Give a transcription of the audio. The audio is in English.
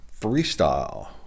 freestyle